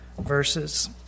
verses